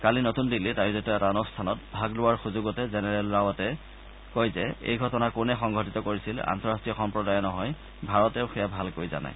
কালি নতুন দিল্লীত আয়োজিত এটা অনুষ্ঠানত ভাগ লোৱাৰ সুযোগতে জেনেৰেল ৰাৱটে কয় যে এই ঘটনা কোনে সংঘটিত কৰিছিল আন্তঃৰাষ্ট্ৰীয় সম্প্ৰদায়ে নহয় ভাৰতেও সেয়া ভালকৈয়ে জানে